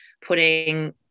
putting